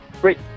great